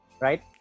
Right